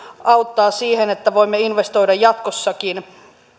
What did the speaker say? auttaa siihen että voimme investoida jatkossakin